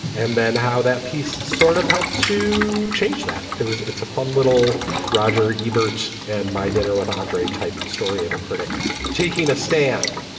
and then how that piece sort of helped to change that. it was it's a fun little roger ebert and my dinner with andre type of story of a critic taking a stand.